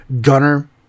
Gunner